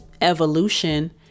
evolution